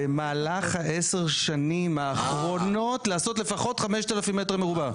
במהלך 10 השנים האחרונות לעשות לפחות 5,000 מטר מרובע.